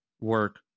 work